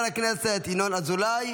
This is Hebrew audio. ינון אזולאי